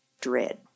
dread